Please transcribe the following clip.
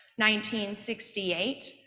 1968